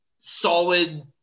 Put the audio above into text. solid